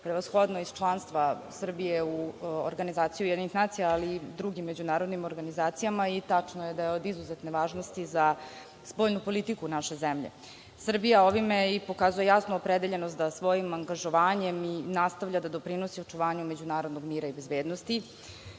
prevashodno iz članstva Srbije u OUN, ali i drugim međunarodnim organizacijama i tačno je da je od izuzetne važnosti za spoljnu politiku naše zemlje. Srbija ovime i pokazuje jasnu opredeljenost da svojim angažovanjem nastavlja da doprinosi očuvanju međunarodnog mira i bezbednosti. Mi